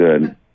good